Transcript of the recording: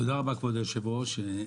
תודה רבה כבוד היושב ראש.